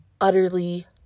utterly